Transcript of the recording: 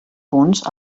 punts